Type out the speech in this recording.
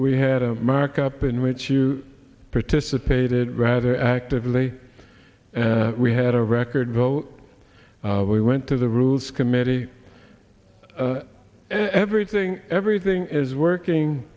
we had a markup in which you participated rather actively and we had a record vote we went to the rules committee everything everything is working